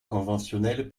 conventionnelle